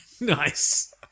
nice